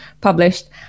published